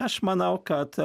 aš manau kad